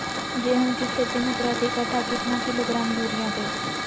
गेंहू की खेती में प्रति कट्ठा कितना किलोग्राम युरिया दे?